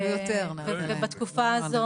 ובתקופה הזו